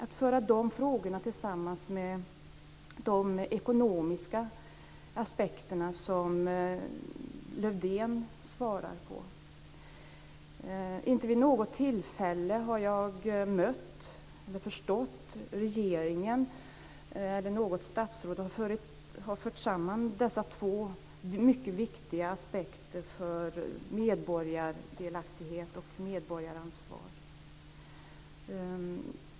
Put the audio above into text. Jag förväntade mig att de frågorna skulle föras samman med de ekonomiska aspekterna som Lövdén svarar för. Inte vid något tillfälle har jag mött eller förstått att regeringen eller något statsråd har fört samman dessa två mycket viktiga aspekter för medborgardelaktighet och medborgaransvar.